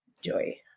joy